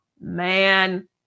man